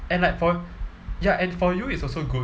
and like for ya and for you it's also good